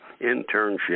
internship